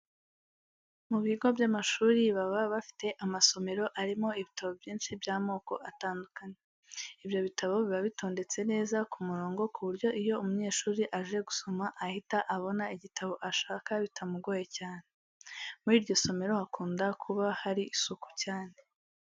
Mu bigo by'amashuri baba bafite amasomero arimo ibitabo byinshi by'amako atandukanye. Ibyo bitabo biba bitondetse neza ku murongo ku buryo iyo umunyeshuri aje gusoma ahita abona igitabo ashaka bitamugoye cyane. Muri iryo somero hakunda kuba hari isuku cyane.